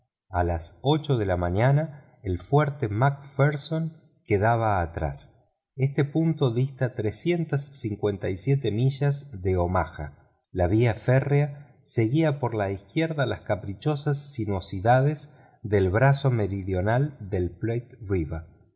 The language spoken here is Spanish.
a las ocho de la mañana el fuerte mac pherson quedaba atrás este punto dista trescientas cincuenta y siete millas de omaha la vía férrea seguía por la izquierda del brazo meridional del